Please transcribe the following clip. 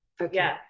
Okay